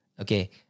Okay